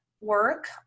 work